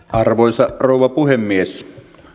arvoisa rouva puhemies